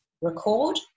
record